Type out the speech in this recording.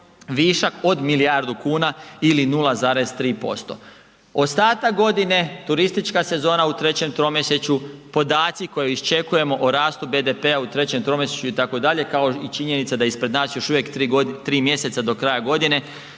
višak od milijardu kuna ili 0,3%. Ostatak godine, turistička sezona u trećem tromjesečju, podaci koje iščekujemo o rastu BDP-a u trećem tromjesečju itd., kao i činjenica da je ispred nas još uvijek 3 mjeseca do kraja godine,